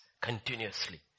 continuously